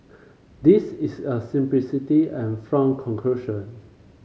this is a simplistic and flawed conclusion